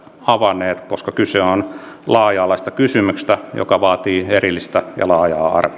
avanneet koska kyse on laaja alaisesta kysymyksestä joka vaatii erillistä ja laajaa arviointia